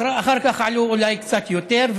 אחר כך זה עלה אולי קצת יותר.